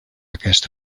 aquest